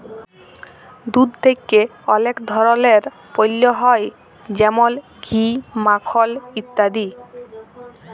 দুধ থেক্যে অলেক ধরলের পল্য হ্যয় যেমল ঘি, মাখল ইত্যাদি